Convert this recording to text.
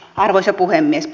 arvoisa puhemies